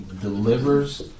delivers